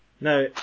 Now